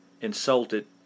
insulted